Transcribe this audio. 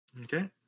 Okay